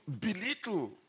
belittle